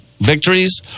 victories